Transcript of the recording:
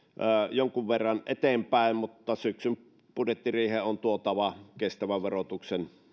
jonkun verran eteenpäin mutta syksyn budjettiriiheen on tuotava kestävän verotuksen